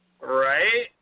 Right